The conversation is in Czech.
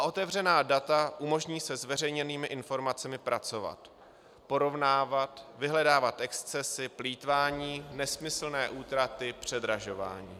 Otevřená data umožní se zveřejněnými informacemi pracovat, porovnávat, vyhledávat excesy, plýtvání, nesmyslné útraty, předražování.